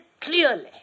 clearly